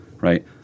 right